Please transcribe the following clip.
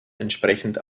entsprechend